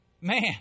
man